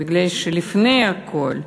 כי לפני הכול,